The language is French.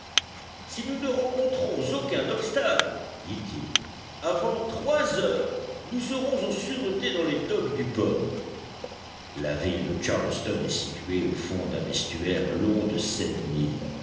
si nous ne rencontrons aucun obstacle dit-il avant trois heures nous serons en sûreté dans les docks du port la ville de charleston est située au fond d'un estuaire long de